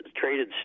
traded